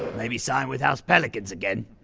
maybe sign with house pelicans again?